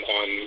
on